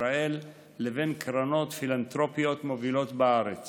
ישראל לבין קרנות פילנתרופיות מובילות בארץ